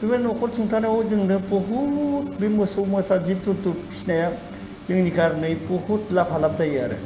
बेबायदि न'खर सुंथानायाव जोंनो बुहुद बे मोसौ मोसा जिब जुन्थु फिसिनाया जोंनि खारनै बुहुद लाभालाब जायो आरो